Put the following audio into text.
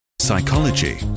psychology